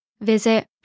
Visit